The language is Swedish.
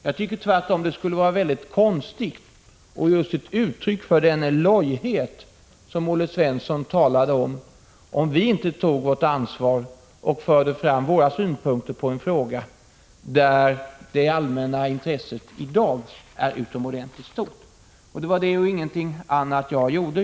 Jag tycker tvärtom att det skulle vara konstigt och just ett uttryck för den lojhet som Olle Svensson talade om, om vi inte tog vårt ansvar och förde fram våra synpunkter på en fråga där det allmänna intresset i dag är stort. Det var också det och ingenting annat som jag gjorde.